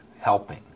helping